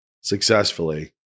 successfully